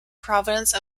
province